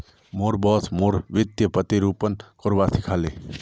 मोर बॉस मोक वित्तीय प्रतिरूपण करवा सिखा ले